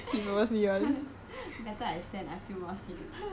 better I send I feel more safe